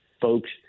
folks